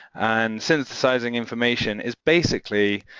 and synthesising information is basically